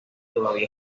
todavía